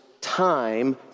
time